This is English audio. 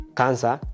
cancer